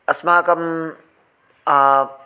अस्माकं